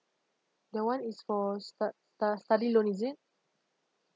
that one is for stud~ stud~ study loan is it